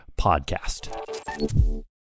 podcast